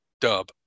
Dub